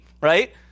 right